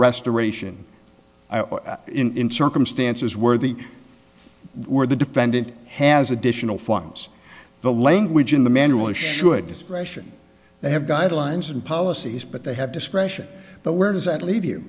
restoration in circumstances where the where the defendant has additional funds the language in the manual should discretion they have guidelines and policies but they have discretion but where does that leave you